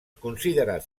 considerat